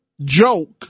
joke